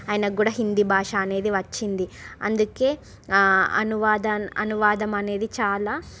ఆయనకి కూడా హిందీ భాష అనేది వచ్చింది అందుకే అనువాద అనువాదమనేది చాలా